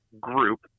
group